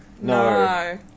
No